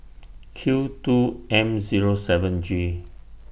Q two M Zero seven G